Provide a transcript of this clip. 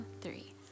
three